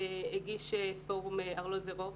מסמך שהגיש פורום ארלוזורוב.